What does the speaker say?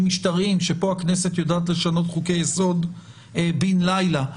משטריים שפה הכנסת יודעת לשנות חוקי יסוד בן לילה,